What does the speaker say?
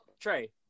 Trey